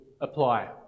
apply